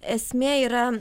esmė yra